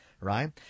right